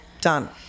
Done